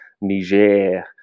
Niger